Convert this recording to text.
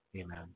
Amen